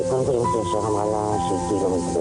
הם בעצם נותנים לנו תמונה של הגיבורות,